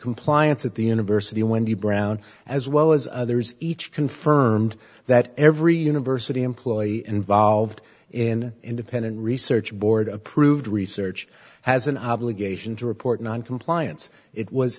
compliance at the university wendy brown as well as others each confirmed that every university employee involved in independent research board approved research has an obligation to report noncompliance it was